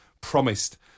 promised